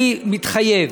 אני מתחייב,